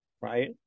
right